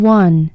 one